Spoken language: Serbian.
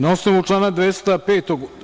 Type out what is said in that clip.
Na osnovu člana 205.